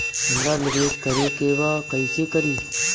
हमरा निवेश करे के बा कईसे करी?